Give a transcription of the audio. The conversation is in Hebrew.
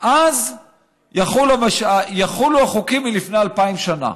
אז יחולו החוקים מלפני אלפיים שנה.